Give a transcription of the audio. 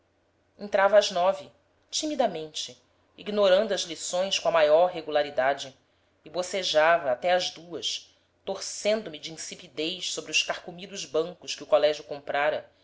entrava às nove horas timidamente ignorando as lições com a maior regularidade e bocejava até às duas torcendo me de insipidez sobre os carcomidos bancos que o colégio comprara